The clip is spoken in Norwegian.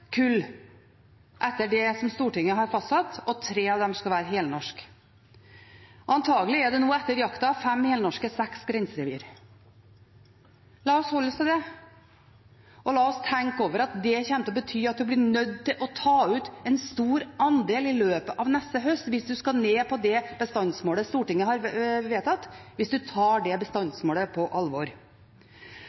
kull etter det Stortinget har fastsatt, og 3 av dem skal være helnorske. Antakelig er det nå etter jakta 5 helnorske og 6 grenserevir. La oss holde oss til det, og la oss tenke over at det kommer til å bety at en blir nødt til å ta ut en stor andel i løpet av neste høst hvis en skal ned på det bestandsmålet Stortinget har vedtatt – hvis en tar det bestandsmålet på alvor.